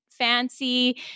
fancy